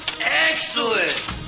Excellent